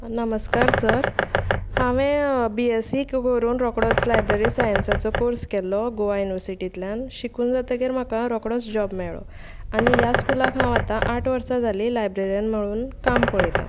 नमस्कार सर हांवें B SC करून रोकडोच लायब्री सायन्साचो कोर्स केल्लो गोवा युनिवर्सिटींतल्यान शिकून जातकर म्हाका रोकडोच जॉब मेळ्ळो आनी ह्या स्कुलाक हांव आतां आठ वर्सां जालीं लायब्ररीयन म्हणून काम पळयता